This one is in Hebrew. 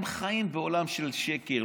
הם חיים בעולם של שקר.